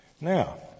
Now